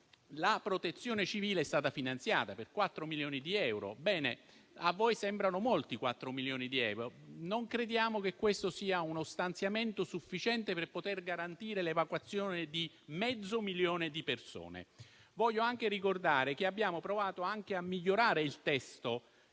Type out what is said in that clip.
La Protezione civile è stata finanziata per 4 milioni di euro. Bene, a voi sembrano molti 4 milioni di euro? Non crediamo che questo sia uno stanziamento sufficiente per poter garantire l'evacuazione di mezzo milione di persone. Voglio ricordare che abbiamo provato anche a migliorare il testo,